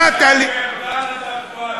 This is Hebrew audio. מארדן עד ארדואן.